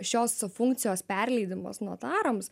šios funkcijos perleidimas notarams